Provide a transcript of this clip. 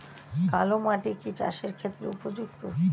কালো মাটি কি চাষের ক্ষেত্রে উপযুক্ত?